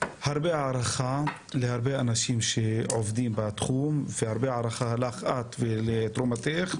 הרבה הערכה להרבה אנשים שעובדים בתחום והרבה הערכה לך ולתרומתך,